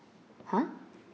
!huh!